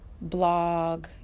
blog